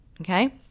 okay